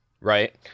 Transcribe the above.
Right